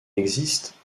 existe